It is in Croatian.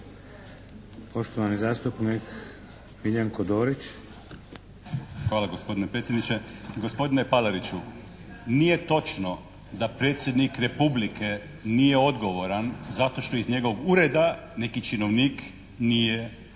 Dorić. **Dorić, Miljenko (HNS)** Hvala gospodine predsjedniče. Gospodine Palariću, nije točno da Predsjednik Republike nije odgovoran zato što iz njegovog ureda neki činovnik nije poslao